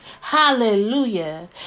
Hallelujah